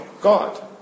God